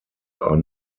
are